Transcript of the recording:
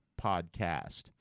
podcast